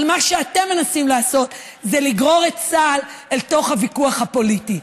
אבל מה שאתם מנסים לעשות זה לגרור את צה"ל אל תוך הוויכוח הפוליטי,